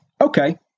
okay